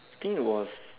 I think it was